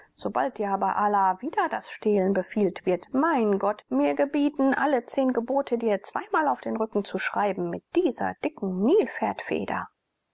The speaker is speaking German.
sobald dir aber allah wieder das stehlen befiehlt wird mein gott mir gebieten alle zehn gebote dir zweimal auf den rücken zu schreiben mit dieser dicken